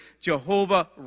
Jehovah